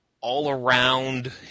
all-around